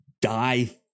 die